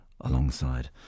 alongside